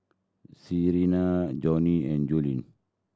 Salena Joni and Julien